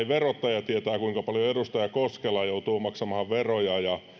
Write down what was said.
verottaja tietää kuinka paljon edustaja koskela joutuu maksamaan veroja ja